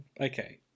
Okay